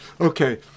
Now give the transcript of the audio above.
Okay